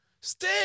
stay